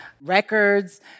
records